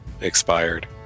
expired